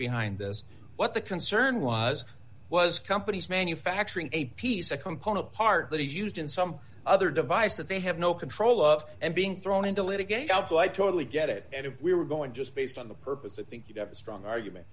behind this what the concern was was companies manufacturing a piece a component part that is used in some other device that they have no control of and being thrown into litigation also i totally get it and if we were going just based on the purpose of think you'd have a strong argument